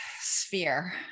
sphere